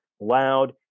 loud